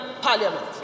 parliament